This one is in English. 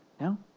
No